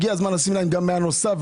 הגיע הזמן לתת להם פתרון נוסף,